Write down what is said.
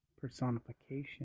personification